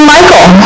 Michael